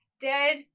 dead